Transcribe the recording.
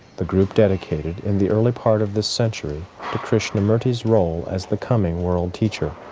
the group dedicated in the early part of this century to krishnamurti's role as the coming world teacher.